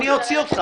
אני אוציא אותך.